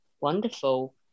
Wonderful